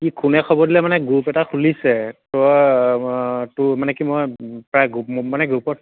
কি কোনে খবৰ দিলে মানে গ্ৰুপ এটা খুলিছে তই তোৰ মানে কি মই প্ৰায় গ্ৰুপ মানে গ্ৰুপত